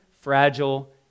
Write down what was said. fragile